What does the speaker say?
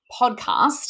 podcast